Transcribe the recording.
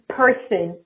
person